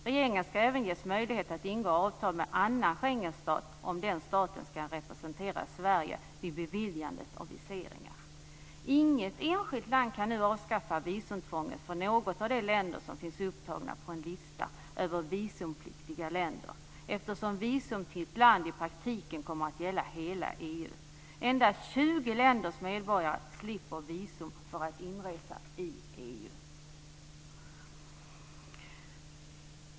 Regeringen ska även ges möjlighet att ingå avtal med annan Schengenstat, om den staten ska representera Sverige vid beviljandet av viseringar. Inget enskilt land kan avskaffa visumtvånget från något av de länder som finns upptagna på en lista över visumpliktiga länder, eftersom visum till ett land i praktiken kommer att gälla hela EU. Endast 20 länders medborgare slipper visum för att inresa i EU.